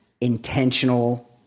intentional